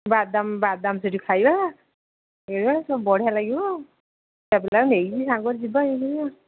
ବାଦାମ୍ ବାଦାମ୍ ସେଠି ଖାଇବା ଏଗୁଡ଼ା ସବୁ ବଢ଼ିଆ ଲାଗିବ ଛୁଆ ପିଲା ନେଇକି ସାଙ୍ଗରେ ଯିବା ଇଏ କରିବା